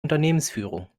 unternehmensführung